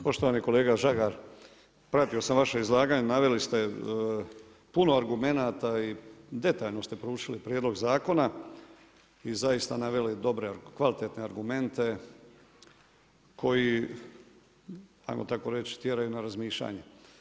Poštovani kolega Žagar, pratio sam vaše izlaganje, naveli ste puno argumenata i detaljno ste proučili prijedlog zakona i zaista naveli dobre, kvalitetne argumente koji ajmo tako reći tjeraju na razmišljanje.